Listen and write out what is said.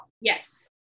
Yes